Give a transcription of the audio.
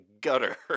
gutter